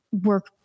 work